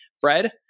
Fred